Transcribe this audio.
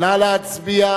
נא להצביע,